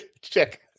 Check